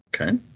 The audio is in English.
Okay